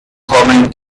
kommen